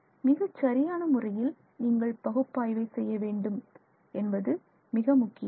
மிக சரியான முறையில் நீங்கள் பகுப்பாய்வை செய்ய வேண்டும் என்பது மிக முக்கியம்